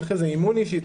צריך אימון אישי,